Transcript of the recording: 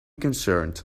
concerned